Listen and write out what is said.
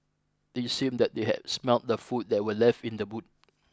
it seemed that they had smelt the food that were left in the boot